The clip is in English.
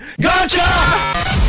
Gotcha